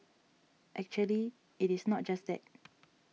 actually it is not just that